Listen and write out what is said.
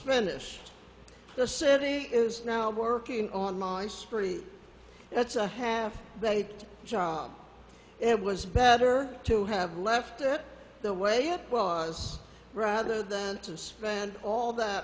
finished the city is now working on mine spree that's a half baked job it was better to have left it the way it was rather than to spend all that